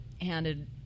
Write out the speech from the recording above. handed